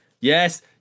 yes